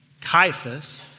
Caiaphas